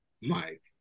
Mike